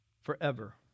forever